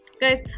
guys